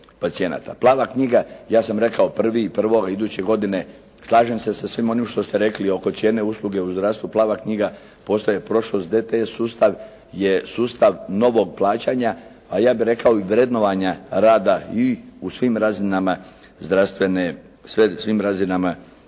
Plava knjiga, ja sam rekao 1. 1. iduće godine, slažem se sa svime onim što ste rekli oko cijene usluge u zdravstvu, plava knjiga postaje prošlost, DT sustav je sustav novog plaćanja a ja bih rekao i vrednovanja rada i u svim razinama zdravstvene zaštite.